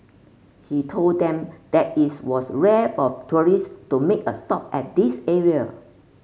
he told them that is was rare for tourist to make a stop at this area